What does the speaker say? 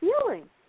feeling